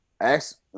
ask